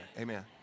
Amen